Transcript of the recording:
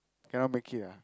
cannot make it ah